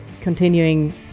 continuing